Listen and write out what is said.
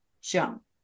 jump